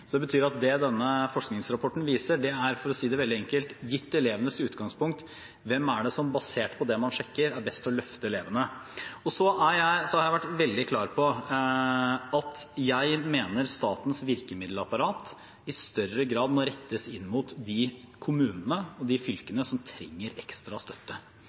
Det betyr at det forskningsrapporten viser, for å si det veldig enkelt, gitt elevenes utgangspunkt, er hvem, basert på det man sjekker, som er best til å løfte elevene. Jeg har vært veldig klar på at jeg mener at statens virkemiddelapparat i større grad må rettes inn mot de kommunene og de fylkene som trenger ekstra støtte,